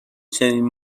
چنین